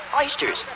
Oysters